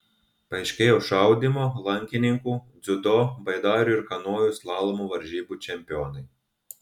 paaiškėjo šaudymo lankininkių dziudo baidarių ir kanojų slalomo varžybų čempionai